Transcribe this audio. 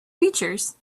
features